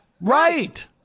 Right